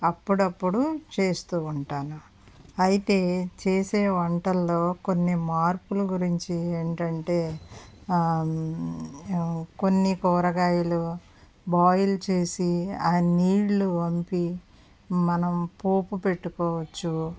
అప్పుడప్పుడు చేస్తూ ఉంటాను అయితే చేసే వంటల్లో కొన్ని మార్పులు గురించి ఏంటంటే కొన్ని కూరగాయలు బాయిల్ చేసి ఆ నీళ్లు వంపి మనం పోపు పెట్టుకోవచ్చు